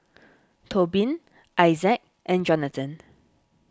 Tobin Issac and Jonathan